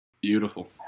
Beautiful